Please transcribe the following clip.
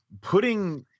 putting